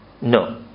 No